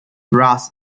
ras